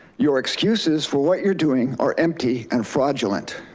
your excuses for what you're doing are empty and fraudulent.